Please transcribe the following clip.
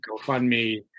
GoFundMe